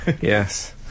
Yes